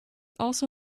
also